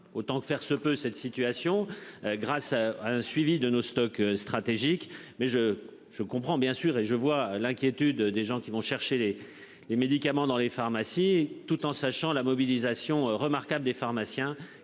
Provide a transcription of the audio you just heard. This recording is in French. Autant que faire se peut. Cette situation grâce à un suivi de nos stocks stratégiques mais je, je comprends bien sûr et je vois l'inquiétude des gens qui vont chercher les, les médicaments dans les pharmacies, tout en sachant la mobilisation remarquable des pharmaciens